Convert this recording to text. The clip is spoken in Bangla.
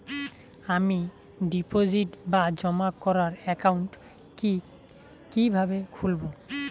আমি ডিপোজিট বা জমা করার একাউন্ট কি কিভাবে খুলবো?